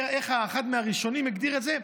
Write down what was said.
איך אחד מהראשונים הגדיר את זה?